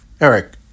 Eric